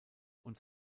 und